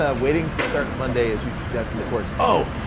ah waiting to start monday as you suggest in the course. oh,